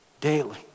daily